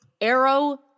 arrow